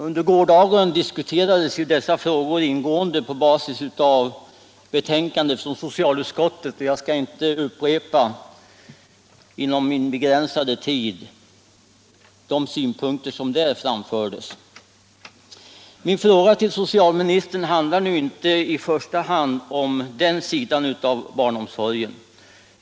Under gårdagen diskuterades ju dessa frågor ingående på basis av socialutskottets betänkande, och jag skall därför inte med min begränsade tid upprepa de synpunkter som då framfördes. Min fråga till socialministern handlar inte i första hand om den sidan av barnomsorgen.